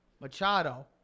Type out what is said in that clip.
Machado